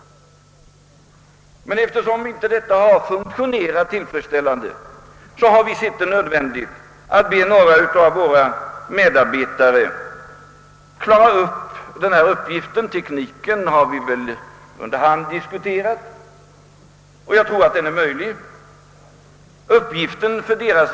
Men eftersom detta inte har funktionerat tillfredsställande har vi ansett det nödvändigt att be några av våra medarbetare att söka finna en lösning. Tekniken därför har vi diskuterat under hand och jag tror att metoden är möjlig att genomföra.